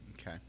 Okay